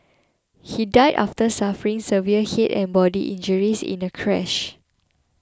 he died after suffering severe head and body injuries in a crash